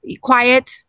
quiet